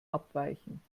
abweichen